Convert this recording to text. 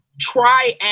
try